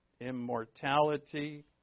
Immortality